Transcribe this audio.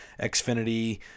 Xfinity